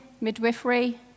midwifery